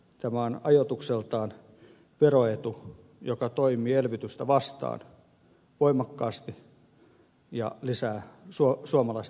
tämä on ajoitukseltaan veroetu joka toimii elvytystä vastaan voimakkaasti ja lisää suomalaista työttömyyttä